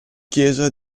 chiesa